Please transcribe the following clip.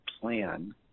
plan